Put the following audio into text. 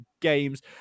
games